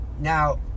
Now